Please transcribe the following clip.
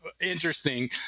interesting